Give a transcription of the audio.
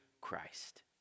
Christ